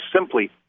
simply